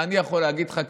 אני יכול להגיד לך,